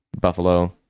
Buffalo